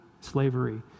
slavery